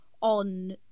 on